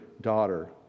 Daughter